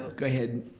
go ahead,